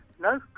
No